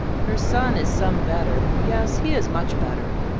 her son is some better, yes, he is much better.